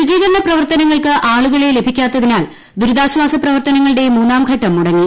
ശുചീകരണ പ്രവർത്തനങ്ങൾക്ക് ആളുകളെ ലഭിക്കാത്തതിനാൽ ദുരിതാശ്വാസ പ്രവർത്തനങ്ങളുടെ മൂന്നാം ഘട്ടം മുടങ്ങി